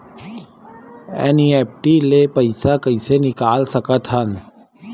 NEFT ले पईसा कइसे निकाल सकत हन?